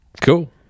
Cool